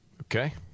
Okay